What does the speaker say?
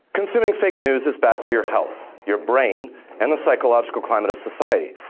consuming fake news is bad for your health, your brain and the psychological climate of society